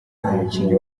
umukinnyi